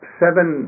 seven